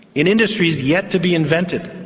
in industries yet to be invented.